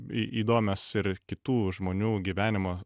į įdomios ir kitų žmonių gyvenimo